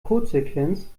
codesequenz